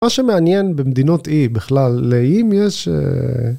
‫מה שמעניין במדינות אי בכלל, ‫לאיים יש אה...